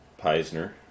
Peisner